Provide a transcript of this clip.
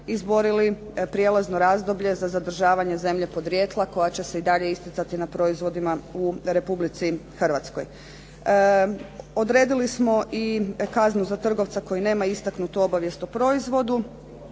izborili prijelazno razdoblje za zadržavanje zemlje podrijetla koja će se i dalje isticati na proizvodima u Republici Hrvatskoj. Odredili smo i kaznu za trgovca koji nema istaknutu obavijest o proizvodu.